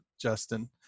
Justin